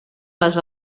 les